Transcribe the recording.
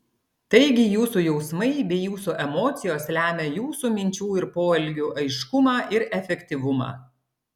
taigi jūsų jausmai bei jūsų emocijos lemia jūsų minčių ir poelgių aiškumą ir efektyvumą